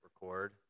record